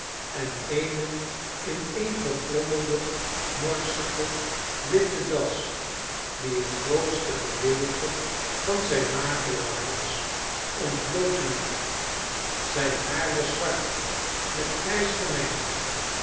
en eene ineengefrommelde morsige witte das die het grootste gedeelte van zijn mageren hals ontbloot liet zijn haar was zwart met grijs gemengd